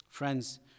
Friends